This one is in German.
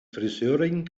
friseurin